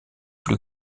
plus